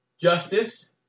justice